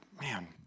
man